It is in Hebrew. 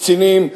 קצינים,